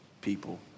people